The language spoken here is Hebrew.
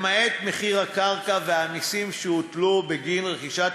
למעט מחיר הקרקע והמסים שהוטלו בגין רכישת